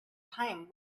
time